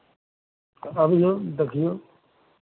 अबियौ देखियौ